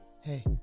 Hey